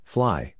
Fly